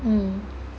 mm